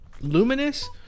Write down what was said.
Luminous